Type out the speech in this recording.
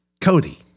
cody